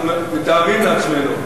אנחנו מתארים לעצמנו,